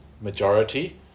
majority